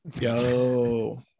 Yo